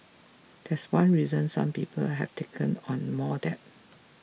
that's one reason some people have taken on more debt